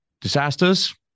disasters